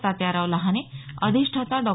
तात्याराव लहाने अधिष्ठाता डॉ